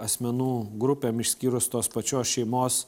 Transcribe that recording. asmenų grupėm išskyrus tos pačios šeimos